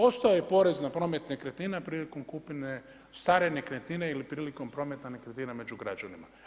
Ostao je porez na promet nekretnina prilikom kupnje stare nekretnine ili prilikom prometa nekretnina među građanima.